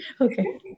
Okay